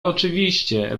oczywiście